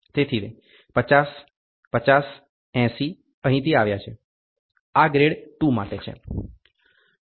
તેથી 50 50 80 અહીંથી આવ્યાં છે આ ગ્રેડ 2 માટે છે